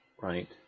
right